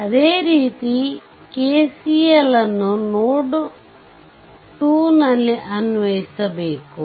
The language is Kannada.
ಅದೇ ರೀತಿ KCL ಅನ್ನು ನೋಡ್ 2 ನಲ್ಲಿ ಅನ್ವಯಿಸಿಬೇಕು